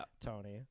Tony